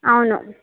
అవును